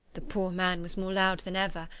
the poor man was more loud than ever,